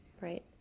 Right